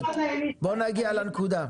בואי נגיע לנקודה.